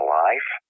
life